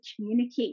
communicate